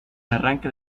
arranque